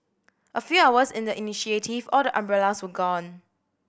a few hours in the initiative all the umbrellas were gone